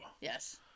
Yes